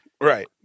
Right